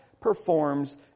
performs